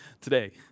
today